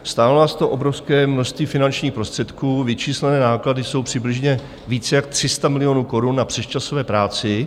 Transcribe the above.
Stálo nás to obrovské množství finančních prostředků, vyčíslené náklady jsou přibližně víc jak 300 milionů korun na přesčasové práci.